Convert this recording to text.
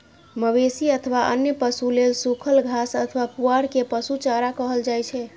मवेशी अथवा अन्य पशु लेल सूखल घास अथवा पुआर कें पशु चारा कहल जाइ छै